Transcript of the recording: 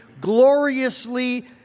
gloriously